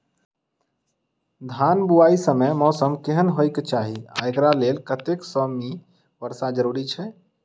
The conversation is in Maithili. धान बुआई समय मौसम केहन होइ केँ चाहि आ एकरा लेल कतेक सँ मी वर्षा जरूरी छै?